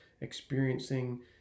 experiencing